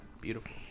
beautiful